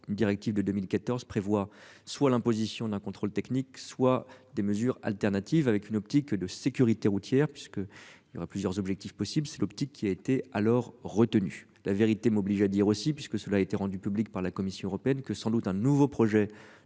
une directive de 2014 prévoit soit l'imposition d'un contrôle technique, soit des mesures alternatives avec une optique de sécurité routière puisque, il y aura plusieurs objectifs possibles, c'est l'optique qui a été alors retenu la vérité m'oblige à dire aussi, parce que cela a été rendue publique par la Commission européenne que sans doute un nouveau projet